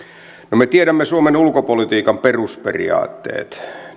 no me tiedämme suomen ulkopolitiikan perusperiaatteet